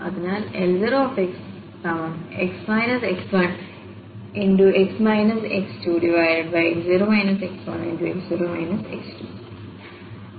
അതിനാൽL0xx0 x1